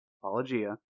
apologia